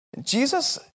Jesus